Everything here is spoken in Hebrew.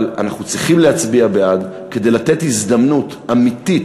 אבל אנחנו צריכים להצביע בעד כדי לתת הזדמנות אמיתית,